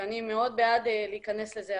ואני מאוד בעד להיכנס לזה.